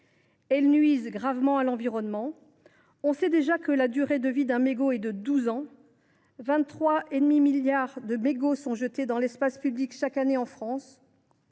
puffs nuisent gravement à l’environnement. On sait déjà que la durée de vie d’un mégot est de douze ans. Alors que 23,5 milliards de mégots sont jetés dans l’espace public chaque année en France,